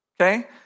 Okay